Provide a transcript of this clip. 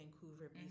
Vancouver